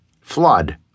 flood